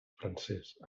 francès